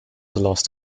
lost